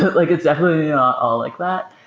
but like it's definitely yeah all like that.